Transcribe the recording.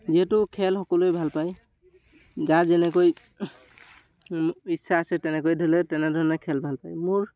যিহেতু খেল সকলোৱে ভালপায় যাৰ যেনেকৈ ইচ্ছা আছে তেনেকৈ ধৰি লওক তেনেধৰণে খেল ভালপায় মোৰ